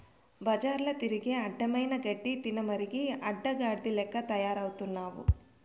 బజార్ల తిరిగి అడ్డమైన గడ్డి తినమరిగి అడ్డగాడిద లెక్క తయారవుతున్నావు